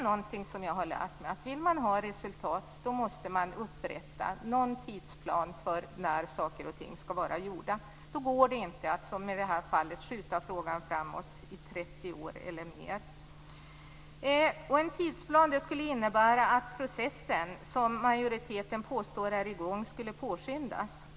Något som jag har lärt mig är att man, om man vill ha resultat, måste upprätta en tidsplan för när saker och ting skall vara gjorda. Det går då inte att, som i det här fallet, skjuta fram frågans lösning i 30 år eller mer. En tidsplan skulle innebära att den process som majoriteten påstår är i gång skulle påskyndas.